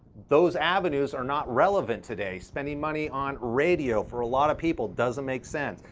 those avenues are not relevant today. spending money on radio for a lot of people doesn't make sense.